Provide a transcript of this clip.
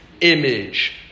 image